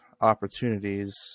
opportunities